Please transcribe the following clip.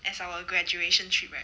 as our graduation trip right